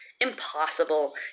Impossible